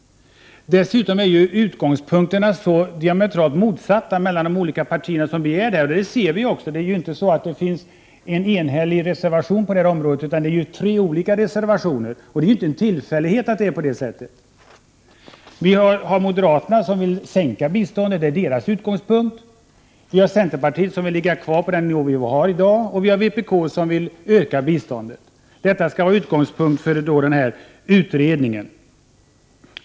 Dessutom är ju de olika partiernas utgångspunkter diametralt motsatta. Det ser vi också i dag: det är ju inte så att det finns en enhetlig reservation på det här området, utan det är tre olika reservationer — och det är ingen tillfällighet. Vi har moderaterna, som har till utgångspunkt 63 Prot. 1988/89:99 = att sänka biståndet, vi har centerpartiet, som vill låta det ligga kvar på den 19 april 1989 nivå som det har i dag, och vi har vpk, som vill öka biståndet. Detta skulle To om om - or Vara utgångspunkten för en utredning!